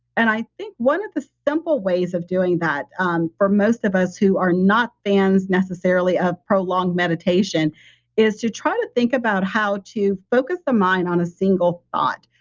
and i think one of the simple ways of doing that um for most of us who are not fans necessarily of prolonged meditation is to try to think about how to focus the mind on a single thought.